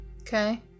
Okay